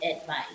advice